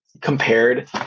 compared